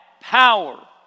power